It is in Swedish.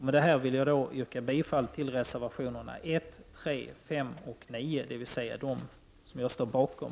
Med det här vill jag yrka bifall till reservationerna 1, 3, 5 och 9, dvs. de reservationer som jag står bakom.